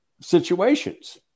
situations